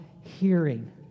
hearing